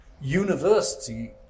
university